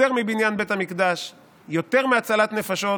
יותר מבניין בית המקדש ויותר מהצלת נפשות,